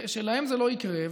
שלהם זה לא יקרה,